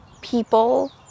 people